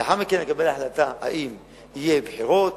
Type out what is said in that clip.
לאחר מכן אקבל החלטה אם יהיו בחירות